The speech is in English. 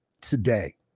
today